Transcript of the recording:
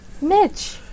Mitch